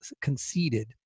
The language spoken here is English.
conceded